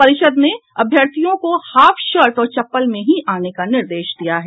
परिषद ने अभ्यर्थियों को हाफ शर्ट और चप्पल में ही आने का निर्देश दिया है